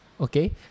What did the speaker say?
Okay